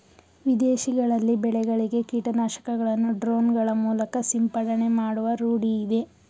ವಿದೇಶಗಳಲ್ಲಿ ಬೆಳೆಗಳಿಗೆ ಕೀಟನಾಶಕಗಳನ್ನು ಡ್ರೋನ್ ಗಳ ಮೂಲಕ ಸಿಂಪಡಣೆ ಮಾಡುವ ರೂಢಿಯಿದೆ